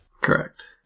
Correct